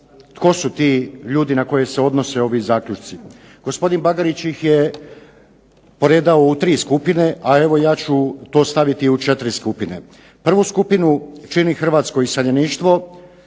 tko su ti ljudi na koje se odnose ovi zaključci. Gospodin Bagarić ih je poredao u 3 skupine, a evo ja ću to staviti u 4 skupine. Prvu skupinu čini hrvatsko iseljeništvo